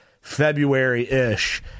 February-ish